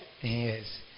yes